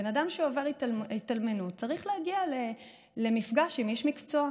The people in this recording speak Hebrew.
בן אדם שעובר התאלמנות צריך להגיע למפגש עם איש מקצוע.